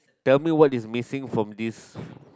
tell me what is missing from this